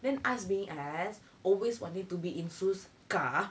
then us being us always wanting to be in sue's car